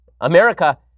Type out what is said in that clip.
America